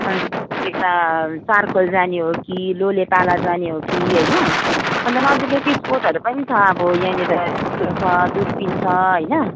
अनि यता चारखोल जाने हो कि लोलेपाला जाने हो कि होइन अन्त नजिकैको स्पोटहरू पनि छ अब यहाँनिर यो छ दुर्पिन छ होइन